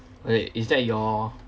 wait is that your